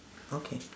okay